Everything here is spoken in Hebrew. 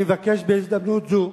אני מבקש בהזדמנות זו